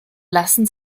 lassen